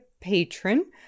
patron